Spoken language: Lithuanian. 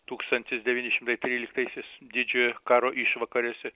tūkstantis devyni šimtai tryliktaisiais didžiojo karo išvakarėse